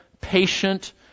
patient